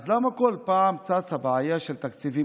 אז למה כל פעם צצה מחדש בעיה של תקציבים?